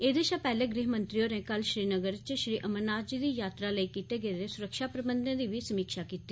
एह्दे शा पैह्ले गृहमंत्री होरें कल श्रीनगर च श्री अमरनाथ जी दी यात्रा लेई कीते गेदे सुरक्षा प्रबंघें दी बी समीक्षा कीती